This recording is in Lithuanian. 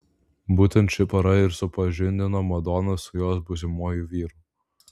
būtent ši pora ir supažindino madoną su jos būsimuoju vyru